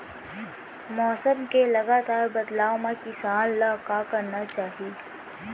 मौसम के लगातार बदलाव मा किसान ला का करना चाही?